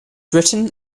written